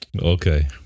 Okay